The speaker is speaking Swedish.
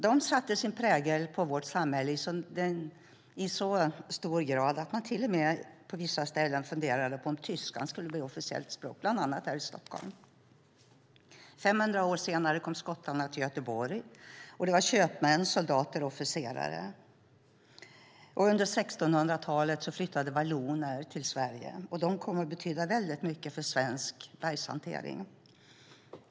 De satte sin prägel på vårt samhälle i så hög grad att man till och med på vissa ställen funderade på om tyskan skulle bli officiellt språk, bland annat här i Stockholm. 500 år senare kom skottarna till Göteborg, och de var köpmän, soldater och officerare. Och under 1600-talet flyttade valloner till Sverige. De kom att betyda väldigt mycket för svensk bergshantering.